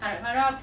harap-harap